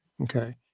Okay